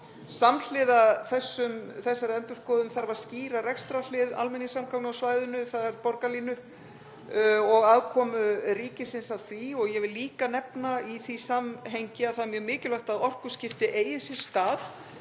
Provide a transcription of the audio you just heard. Samhliða þessari endurskoðun þarf að skýra rekstrarhlið almenningssamgangna á svæðinu, þ.e. borgarlínu, og aðkomu ríkisins að því. Ég vil líka nefna í því samhengi að það er mjög mikilvægt að orkuskipti eigi sér stað